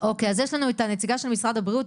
אז יש לנו את הנציגה של משרד הבריאות,